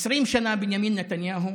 20 שנה בנימין נתניהו